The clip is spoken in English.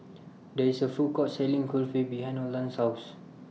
There IS A Food Court Selling Kulfi behind Olan's House